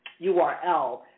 URL